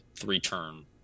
three-turn